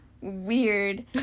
weird